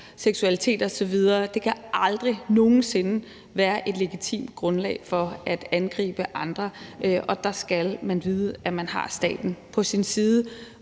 seksualitet osv. Det kan aldrig nogen sinde være et legitimt grundlag for at angribe andre, og der skal man vide, at man har staten på sin side,